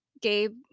Gabe